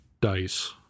dice